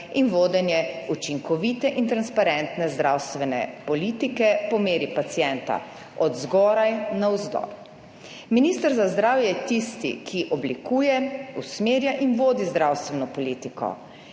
in vodenje učinkovite in transparentne zdravstvene politike po meri pacienta od zgoraj navzdol. Minister za zdravje je tisti, ki oblikuje, usmerja in vodi zdravstveno politiko.